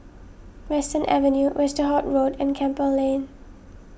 Western Avenue Westerhout Road and Campbell Lane